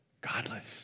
godless